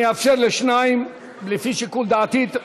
אני אאפשר לשניים, לפי שיקול דעתי.